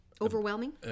Overwhelming